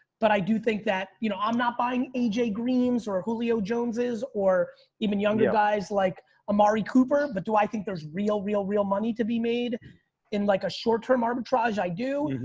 but i do think that, you know, i'm not buying a j. green's or julio jones', or even younger guys like amari cooper. but do i think there's real, real, real money to be made in like a short term arbitrage? i do.